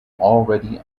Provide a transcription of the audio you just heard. already